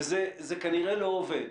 זה כנראה לא עובד.